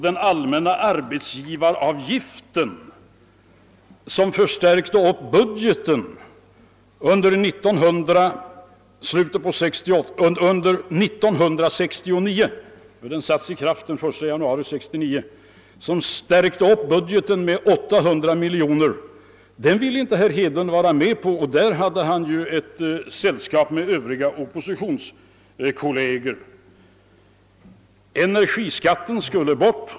Den allmänna arbetsgivaravgiften, som förstärkte budgeten under 1969 — den sattes i kraft den 1 januari det året — med 800 miljoner kronor, ville herr Hedlund inte heller vara med om, därvid hade han sällskap med sina oppositionskolleger. Energiskatten skulle bort.